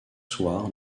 soir